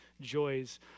joys